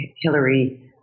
Hillary